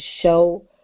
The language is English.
show